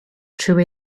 true